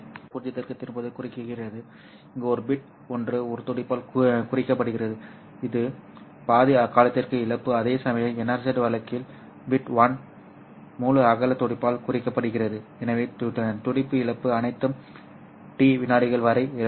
RZ என்பது பூஜ்ஜியத்திற்கு திரும்புவதைக் குறிக்கிறது இங்கே ஒரு பிட் ஒன்று ஒரு துடிப்பால் குறிக்கப்படுகிறது இது பாதி காலத்திற்கு இழப்பு அதேசமயம் NRZ வழக்கில் பிட் 1 முழு அகல துடிப்பால் குறிக்கப்படுகிறது எனவே துடிப்பு இழப்பு அனைத்தும் T விநாடிகள் வரை வழி